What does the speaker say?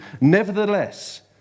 Nevertheless